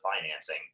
financing